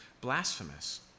blasphemous